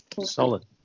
Solid